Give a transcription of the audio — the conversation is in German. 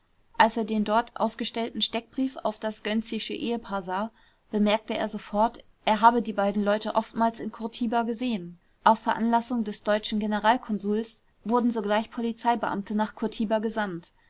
als er den dort ausgestellten steckbrief auf das gönczische ehepaar sah bemerkte er sofort er habe die beiden leute oftmals in curtiba gesehen auf veranlassung des deutschen generalkonsuls wurden sogleich polizeibeamte nach curtiba gesandt